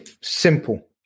Simple